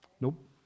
Nope